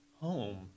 home